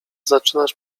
zaczynasz